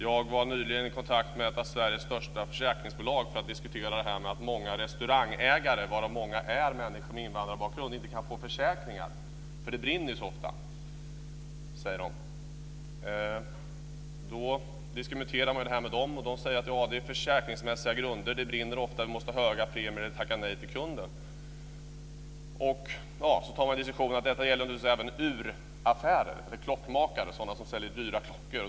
Jag var nyligen i kontakt med ett av Sveriges största försäkringsbolag för att diskutera att många restaurangägare, varav många är människor med invandrarbakgrund, inte kan få försäkringar. Det brinner så ofta, sägs det. Då diskuterar man det här med dem, och de säger att det är försäkringsmässiga grunder. Det brinner ofta. Vi måste ha höga premier eller tacka nej till kunden. Så tar man en diskussion om detta. Det gäller naturligtvis även uraffärer, klockmakare, sådana som säljer dyra klockor.